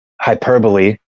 Hyperbole